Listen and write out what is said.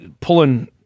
pulling